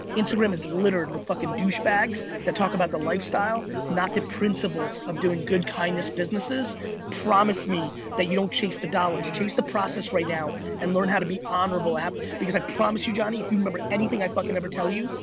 instagram is littered with fucking douchebags that talk about the lifestyle not the principles of doing good kindness businesses promise me that you don't chase the dollars, chase the process right now and learn how to be honorable, because i promise you jonny if you remember anything i fucking ever tell you,